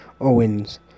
Owens